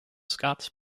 scots